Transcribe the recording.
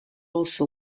also